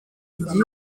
igihe